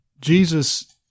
Jesus